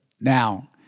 Now